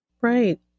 right